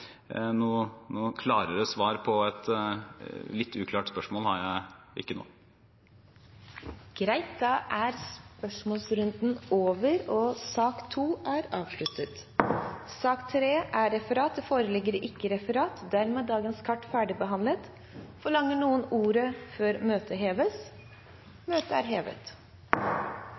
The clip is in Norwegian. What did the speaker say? Noe klarere svar på et litt uklart spørsmål har jeg ikke nå. Dermed er sak nr. 2 avsluttet. Det foreligger ikke noe referat. Dermed er dagens kart ferdigbehandlet. Forlanger noen ordet før møtet heves?